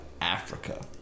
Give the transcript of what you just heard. Africa